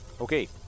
Okay